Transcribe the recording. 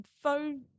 phone